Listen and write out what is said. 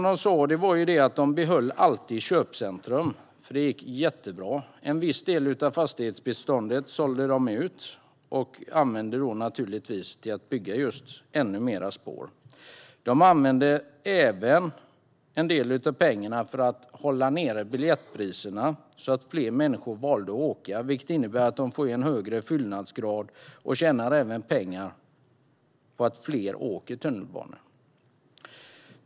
De sa att de alltid behåller köpcentrum, för de går jättebra. En viss del av fastighetsbeståndet sålde de ut och använde då naturligtvis pengarna till att bygga ännu mer spår. De använde även en del av pengarna för att hålla nere biljettpriserna, så att fler människor valde att åka, vilket innebär att de får än högre fyllnadsgrad och även tjänar pengar därför att fler åker tunnelbana.